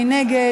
מי נגד?